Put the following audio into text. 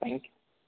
thank you